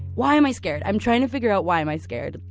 why am i scared? i'm trying to figure out why am i scared.